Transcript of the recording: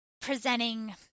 presenting